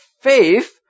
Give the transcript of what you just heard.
faith